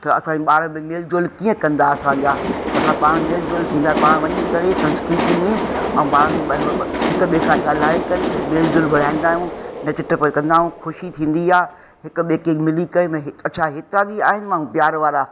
त असांजा ॿार में मेल जोल कीअं कंदा असांजा त असां पाण मेल जोल थींदा पाण वञी करे संस्कृति में ऐं पाण में मतिलबु हिक ॿिए सां ॻाल्हाए करे भई मेल जोल बढ़ाईंदा आहियूं नच टप कंदा आहियूं ख़ुशी थींदी आहे हिक ॿिए खे मिली करे में अच्छा हितां बि आहिनि माण्हू प्यार वारा